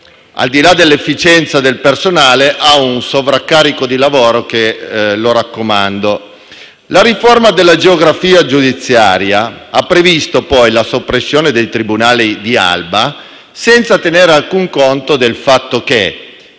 al di là dell'efficienza del personale, ha un sovraccarico di lavoro che lo raccomando. La riforma della geografia giudiziaria ha previsto poi la soppressione del tribunale di Alba senza tenere alcun conto del fatto che